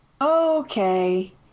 Okay